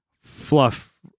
Fluff